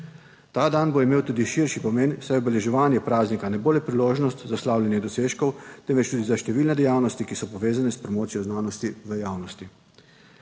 Ta dan bo imel tudi širši pomen, saj obeleževanje praznika ne bo le priložnost za slavljenje dosežkov, temveč tudi za številne dejavnosti, ki so povezane s promocijo znanosti v javnosti.